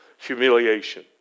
humiliation